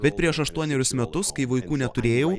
bet prieš aštuonerius metus kai vaikų neturėjau